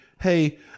hey